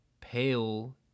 pale